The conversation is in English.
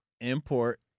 Import